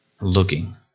looking